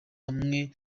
hamwe